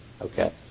Okay